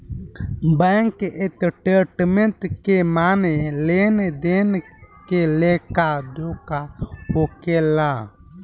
bank statement के माने लेन देन के लेखा जोखा होखेला